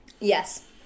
Yes